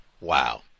wow